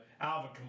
Alvin